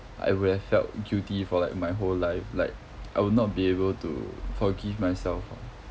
I would have felt guilty for like my whole life like I will not be able to forgive myself ah